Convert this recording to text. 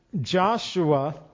Joshua